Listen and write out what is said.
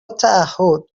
تعهد